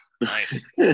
Nice